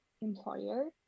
employer